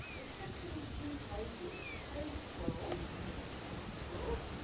excepting two pages. page twelve that's page twelve